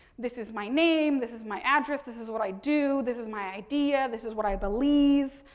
this is my name, this is my address, this is what i do, this is my idea, this is what i believe.